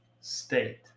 State